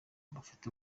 bafite